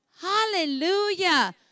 Hallelujah